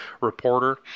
reporter